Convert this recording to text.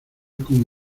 con